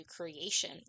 creation